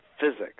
physics